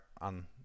on